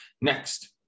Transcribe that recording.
next